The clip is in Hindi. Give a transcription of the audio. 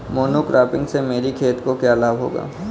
मोनोक्रॉपिंग से मेरी खेत को क्या लाभ होगा?